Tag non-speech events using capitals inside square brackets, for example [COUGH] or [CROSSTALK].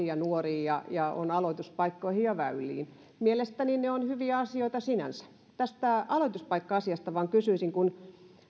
[UNINTELLIGIBLE] ja nuoriin ja ja aloituspaikkoihin ja väyliin mielestäni ne ovat hyviä asioita sinänsä tästä aloituspaikka asiasta vain kysyisin